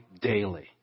daily